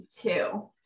two